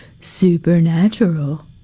Supernatural